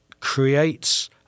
creates